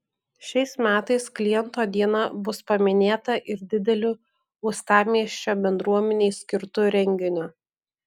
šiais metais kliento diena bus paminėta ir dideliu uostamiesčio bendruomenei skirtu renginiu